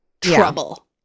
trouble